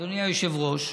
אדוני היושב-ראש: